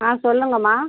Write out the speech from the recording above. ஆ சொல்லுங்கம்மா